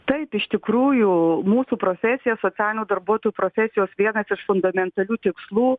taip iš tikrųjų mūsų profesija socialinio darbuotojo profesijos vienas iš fundamentalių tikslų